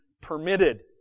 permitted